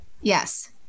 Yes